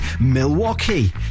Milwaukee